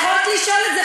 יכולת לשאול את זה,